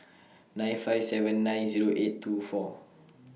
nine five seven nine Zero eight two four